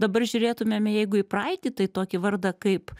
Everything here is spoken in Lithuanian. dabar žiūrėtumėme jeigu į praeitį tai tokį vardą kaip